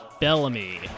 Bellamy